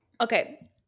okay